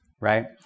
right